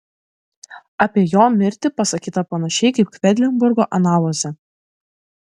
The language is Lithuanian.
apie jo mirtį pasakyta panašiai kaip kvedlinburgo analuose